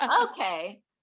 Okay